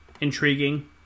intriguing